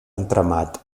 entramat